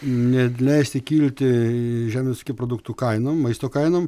neleisti kilti žemės ūkio produktų kainom maisto kainom